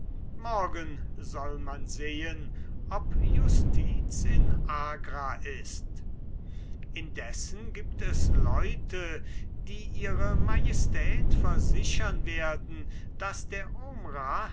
morgen soll man sehen ob justiz in agra ist indessen gibt es leute die eur majestät versichern werden daß der